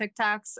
TikToks